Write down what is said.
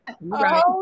right